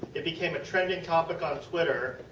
it became a trending topic on twitter.